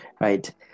Right